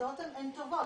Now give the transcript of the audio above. התוצאות הן טובות.